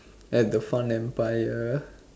at the fun empire